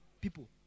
people